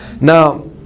Now